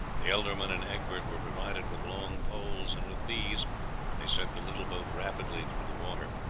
the ealdorman and egbert were provided with long poles, and with these they sent the little boat rapidly through the water.